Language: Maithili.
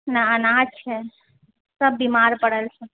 नहि अनाज छै सब बीमार पड़ल छै